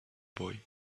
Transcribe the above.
boy